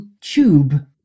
tube